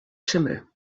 schimmel